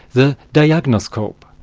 the diagnoskope.